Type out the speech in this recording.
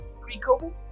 pre-COVID